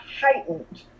heightened